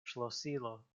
ŝlosilo